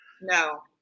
No